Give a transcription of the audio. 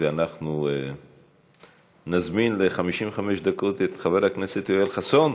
אנחנו נזמין ל-55 דקות את חבר הכנסת יואל חסון.